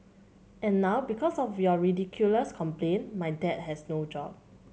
and now because of your ridiculous complaint my dad has no job